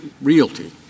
Realty